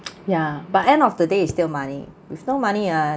ya but end of the day is still money with no money ah